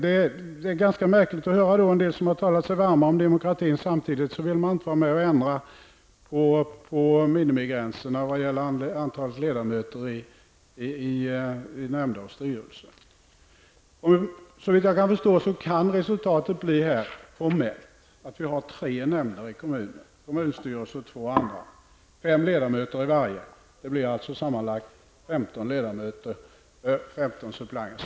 Det är ganska märkligt att höra att en del som talat så varmt för demokratin samtidigt inte vill vara med och ändra på minimigränserna för antalet ledamöter i nämnder och styrelser. Såvitt jag förstår kan resultatet bli att vi får tre nämnder i kommunerna -- kommunstyrelsen och två andra nämnder med fem ledamöter i varje. Då blir det sammanlagt femton ledamöter och femton suppleanter.